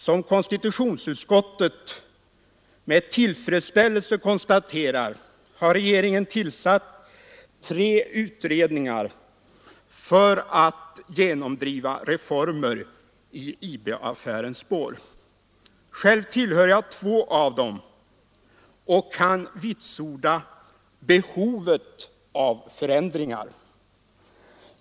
Som konstitutionsutskottet med tillfredsställelse konstaterar har regeringen tillsatt tre utredningar för att genomdriva reformer i IB-affärens spår. Själv tillhör jag två av dem och kan vitsorda behovet av förändringar.